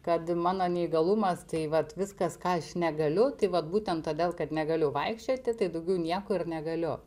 kad mano neįgalumas tai vat viskas ką aš negaliu tai vat būtent todėl kad negaliu vaikščioti tai daugiau nieko ir negaliu